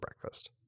breakfast